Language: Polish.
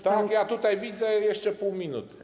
Tak, ja tutaj widzę, jeszcze pół minuty.